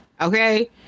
okay